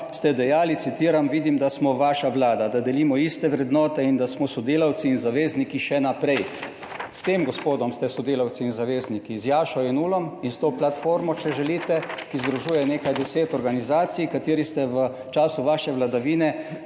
ste dejali, citiram, »Vidim, da smo vaša vlada, da delimo iste vrednote, in da smo sodelavci in zavezniki še naprej.« S tem gospodom ste sodelavci in zavezniki, z Jašo Jenullom in s to platformo, če želite, ki združuje nekaj deset organizacij, kateri ste v času vaše vladavine